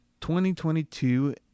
2022